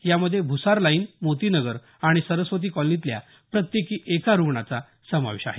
यामध्ये भूसार लाईन मोती नगर आणि सरस्वती कॉलनीतल्या प्रत्येकी एका रुग्णाचा समावेश आहे